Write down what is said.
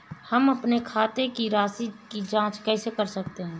हम अपने खाते की राशि की जाँच कैसे कर सकते हैं?